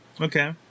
Okay